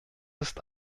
ist